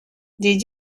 did